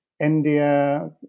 India